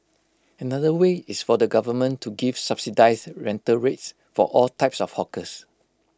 another way is for the government to give subsidised rental rates for all types of hawkers